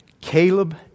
Caleb